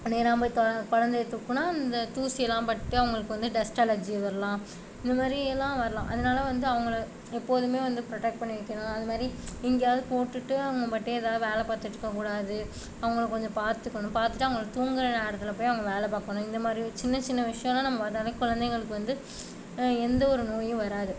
நேராக போய் குழந்தையை தூக்கினா அந்த தூசியெலாம் பட்டு அவங்களுக்கு வந்து டஸ்ட் அலர்ஜி வரலாம் இந்தமாதிரி எல்லாம் வரலாம் அதனால வந்து அவங்கள எப்போதுமே வந்து ப்ரொடக்ட் பண்ணி வைக்கணும் அதேமாதிரி எங்கேயாவது போட்டுட்டு அவங்க பாட்டுக்கு ஏதாவது வேலை பார்த்துட்டு இருக்கக் கூடாது அவங்கள கொஞ்சோம் பார்த்துக்கணும் பார்த்துட்டு அவங்க தூங்குகிற நேரத்தில் போய் அவங்க வேலை பார்க்கணும் இந்தமாதிரி சின்ன சின்ன விஷயம்லாம் நம்ப என்னனா குழந்தைகளுக்கு வந்து எந்த ஒரு நோயும் வராது